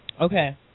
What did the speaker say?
Okay